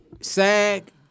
SAG